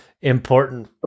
important